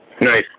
Nice